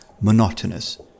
monotonous